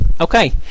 Okay